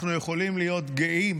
אנחנו יכולים להיות גאים